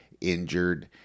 injured